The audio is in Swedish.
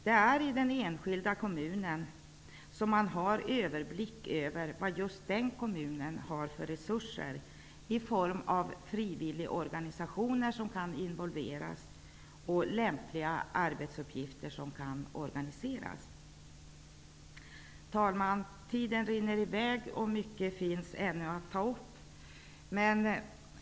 Det är i den enskilda kommunen som man har överblick över vad just den kommunen har för resurser i form av frivilligorganisationer som kan involveras och lämpliga arbetsuppgifter som kan organiseras. Herr talman! Tiden rinner i väg och mycket finns ännu att ta upp.